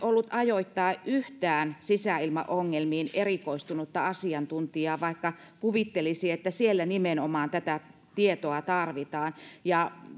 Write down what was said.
ollut ajoittain yhtään sisäilmaongelmiin erikoistunutta asiantuntijaa vaikka kuvittelisi että siellä nimenomaan tätä tietoa tarvitaan ja